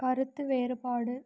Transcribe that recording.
கருத்து வேறுபாடு